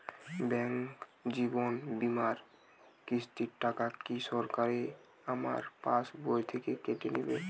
Bank জীবন বিমার কিস্তির টাকা কি সরাসরি আমার পাশ বই থেকে কেটে নিবে?